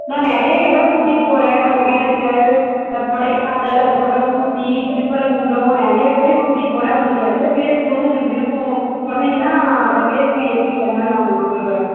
ma'am நிறைய இடம் கூட்டிகிட்டு போகிறேன் ஒக்கேனக்கல் அப்புறம் கொடைக்கானல் அதுக்கப்புறம் ஊட்டி திருப்பரங்குன்றம் நிறைய ப்ளேஸ் கூட்டிகிட்டு போகிறேன் உங்களுக்கு எந்த ப்ளேஸ் போகணுனு உங்களுக்கு விருப்பம் சொன்னீங்கன்னால் அந்த ப்ளேஸ்சுக்கு எப்படி என்னென்னு நான் உங்களுக்கு சொல்வேன்